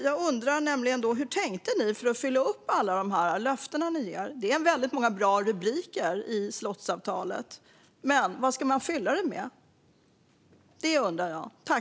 Jag undrar hur ni tänkte om ni ska kunna uppfylla alla de löften ni ger. Det finns många bra rubriker i slottsavtalet. Men jag undrar vad ni ska fylla dem med.